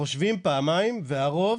חושבים פעמיים והרוב